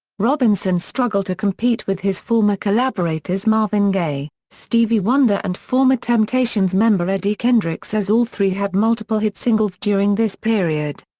robinson struggled to compete with his former collaborators marvin gaye, stevie wonder and former temptations member eddie kendricks as all three had multiple hit singles during this period.